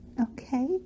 Okay